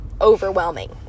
overwhelming